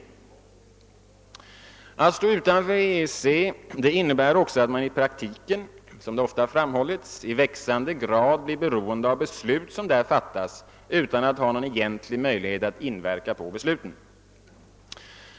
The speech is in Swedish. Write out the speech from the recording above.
Att stå utanför EEC innebär också att man i praktiken, som ofta framhållits, i väx ande grad blir beroende av beslut som fattas där utan att ha någon egentlig möjlighet att inverka på besluten.